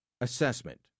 assessment